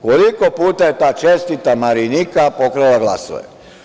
Koliko puta je ta čestita Marinika pokrala glasove?